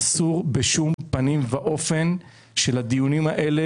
אסור בשום פנים ואופן שלדיונים האלה